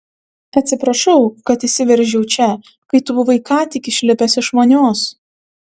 atsiprašau kad įsiveržiau čia kai tu buvai ką tik išlipęs iš vonios